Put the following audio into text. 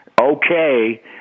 okay